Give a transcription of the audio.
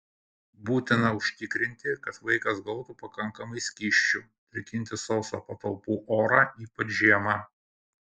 būtina užtikrinti kad vaikas gautų pakankamai skysčių drėkinti sausą patalpų orą ypač žiemą